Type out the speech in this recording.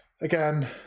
again